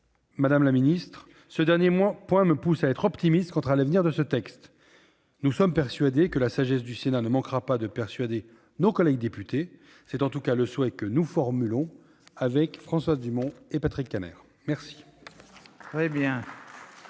chers collègues, ce dernier point me pousse à être optimiste quant à l'avenir de ce texte. Nous sommes convaincus que la sagesse du Sénat ne manquera pas de persuader nos collègues députés. C'est, en tout cas, le souhait que nous formulons, avec Françoise Dumont et Patrick Kanner.